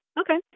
Okay